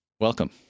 Welcome